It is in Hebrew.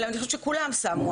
אני חושבת שכולם שמו,